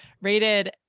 Rated